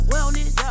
Wellness